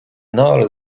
noel